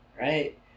right